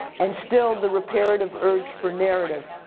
and still the reparative urge for narrative,